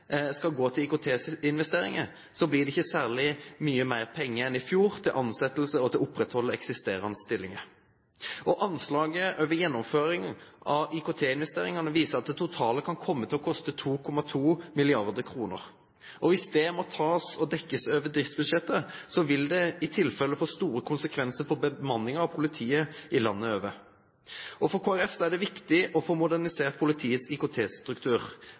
skal gå til IKT-investeringer, blir det ikke mer penger igjen enn i fjor til ansettelser og å opprettholde eksisterende stillinger. Anslaget over gjennomføringen av IKT-investeringene viser at det totalt kan komme til å koste 2,2 mrd. kr. Hvis det må dekkes over driftsbudsjettet, vil det i tilfelle få store konsekvenser for bemanningen av politiet rundt i landet. For Kristelig Folkeparti er det viktig å få modernisert politiets